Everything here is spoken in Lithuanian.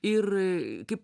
ir kaip